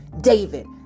David